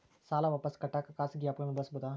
ಸಾಲ ವಾಪಸ್ ಕಟ್ಟಕ ಖಾಸಗಿ ಆ್ಯಪ್ ಗಳನ್ನ ಬಳಸಬಹದಾ?